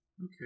Okay